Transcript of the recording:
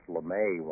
LeMay